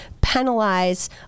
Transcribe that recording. penalize